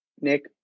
Nick